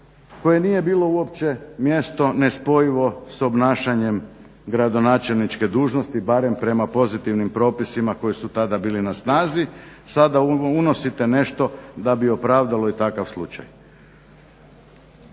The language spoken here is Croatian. koje nije bilo uopće mjesto nespojivo s obnašanjem gradonačelničke dužnosti barem prema pozitivnim propisima koji su tada bili na snazi. Sada unosite nešto da bi opravdalo i takav slučaj.